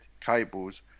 cables